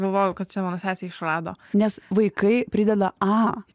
galvojau kad čia mano sesė išrado nes vaikai prideda a